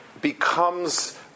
becomes